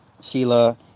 Sheila